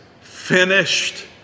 finished